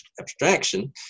abstraction